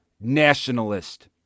nationalist